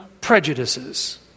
prejudices